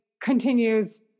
continues